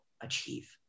achieve